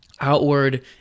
outward